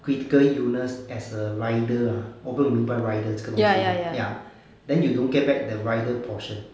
critical illness as a rider ah 我不懂你明白 rider 这个东西 hor ya then you don't get back the rider portion